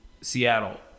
Seattle